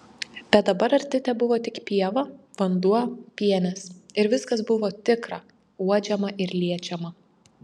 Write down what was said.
bet dabar arti tebuvo tik pieva vanduo pienės ir viskas buvo tikra uodžiama ir liečiama